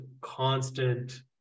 constant